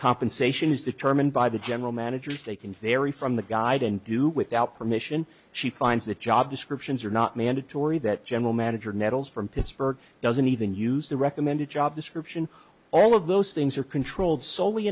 compensation is determined by the general manager's they can vary from the guide and do without permission she finds that job descriptions are not mandatory that general manager nettles from pittsburgh doesn't even use the recommended job description all of those things are controlled solely